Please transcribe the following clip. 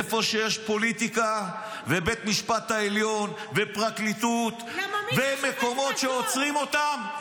איפה שיש פוליטיקה ובית המשפט העליון ופרקליטות ומקומות שעוצרים אותם,